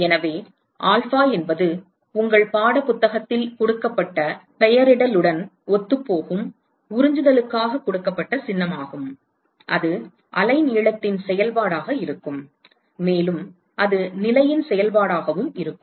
எனவே ஆல்பா என்பது உங்கள் பாடப்புத்தகத்தில் கொடுக்கப்பட்ட பெயரிடலுடன் ஒத்துப்போகும் உறிஞ்சுதலுக்காக கொடுக்கப்பட்ட சின்னமாகும் அது அலைநீளத்தின் செயல்பாடாக இருக்கும் மேலும் அது நிலையின் செயல்பாடாகவும் இருக்கும்